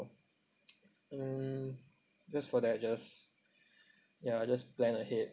mm just for that just ya I just plan ahead